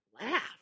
laugh